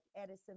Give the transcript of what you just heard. Edison